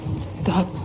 stop